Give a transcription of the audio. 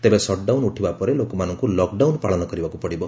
ତେବେ ସଟ୍ଡାଉନ୍ ଉଠିବା ପରେ ଲୋକମାନଙ୍ଙ୍ ଲକ୍ଡାଉନ୍ ପାଳନ କରିବାକୁ ପଡ଼ିବ